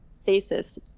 thesis